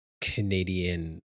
Canadian